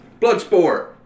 Bloodsport